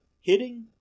hitting